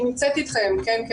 היא נמצאת איתכם, כן.